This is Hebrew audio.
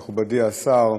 מכובדי השר,